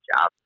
job